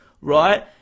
right